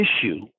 issue